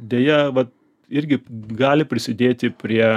deja va irgi gali prisidėti prie